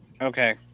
Okay